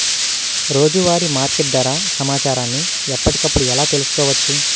రోజువారీ మార్కెట్ ధర సమాచారాన్ని ఎప్పటికప్పుడు ఎలా తెలుసుకోవచ్చు?